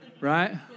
Right